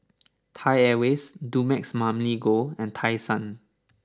Thai Airways Dumex Mamil Gold and Tai Sun